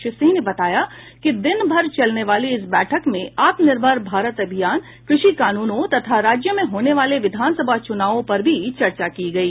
श्री सिंह ने बताया कि दिनभर चलने वाली इस बैठक में आत्मनिर्भर भारत अभियान कृषि कानूनों तथा राज्यों में होने वाले विधानसभा चुनावों पर भी चर्चा की गयी